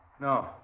No